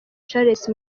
charles